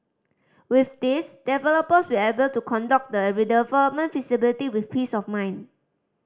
with this developers will able to conduct the redevelopment feasibility with peace of mind